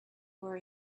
were